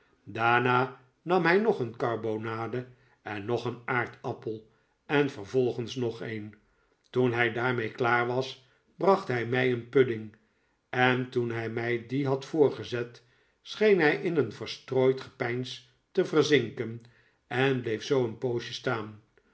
daarna nam hij nog een karbonade en nog een aardappel en vervolgens nog een toen hij daarmee klaar was bracht hij mij een pudding en toen hij mij dien had voorgezet scheen hij in een verstrooid gepeins te verzinken en bleef zoo een poosje staan